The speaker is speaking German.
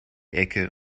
ecke